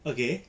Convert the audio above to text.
okay